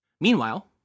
Meanwhile